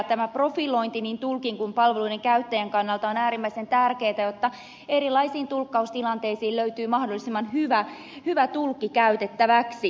tämä profilointi niin tulkin kuin palveluiden käyttäjän kannalta on äärimmäisen tärkeää jotta erilaisiin tulkkaustilanteisiin löytyy mahdollisimman hyvä tulkki käytettäväksi